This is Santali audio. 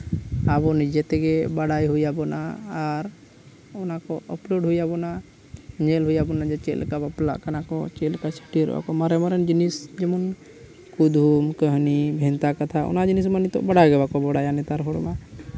ᱟᱵᱚ ᱱᱤᱡᱮ ᱛᱮᱜᱮ ᱵᱟᱲᱟᱭ ᱦᱩᱭ ᱟᱵᱚᱱᱟ ᱟᱨ ᱚᱱᱟᱠᱚ ᱟᱯᱞᱳᱰ ᱦᱩᱭ ᱟᱵᱚᱱᱟ ᱧᱮᱞ ᱦᱩᱭ ᱟᱵᱚᱱᱟ ᱪᱮᱫ ᱞᱮᱠᱟ ᱵᱟᱯᱞᱟᱜ ᱠᱟᱱᱟ ᱠᱚ ᱪᱮᱫ ᱞᱮᱠᱟ ᱪᱷᱟᱹᱴᱭᱟᱹᱨᱚᱜ ᱠᱟᱱᱟ ᱠᱚ ᱢᱟᱨᱮ ᱢᱟᱨᱮ ᱡᱤᱱᱤᱥ ᱡᱮᱢᱚᱱ ᱠᱩᱫᱩᱢ ᱠᱟᱹᱦᱱᱤ ᱵᱷᱮᱱᱛᱟ ᱠᱟᱛᱷᱟ ᱚᱱᱟ ᱡᱤᱱᱤᱥ ᱢᱟ ᱱᱤᱛᱚᱜ ᱵᱟᱲᱟᱭ ᱜᱮ ᱵᱟᱠᱚ ᱵᱟᱲᱟᱭᱟ ᱱᱮᱛᱟᱨ ᱦᱚ ᱢᱟ